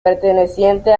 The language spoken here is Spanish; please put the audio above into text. perteneciente